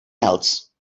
else